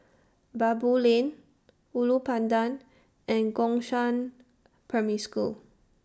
Baboo Lane Ulu Pandan and Gongshang Primary School